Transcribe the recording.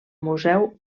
museu